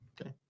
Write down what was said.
Okay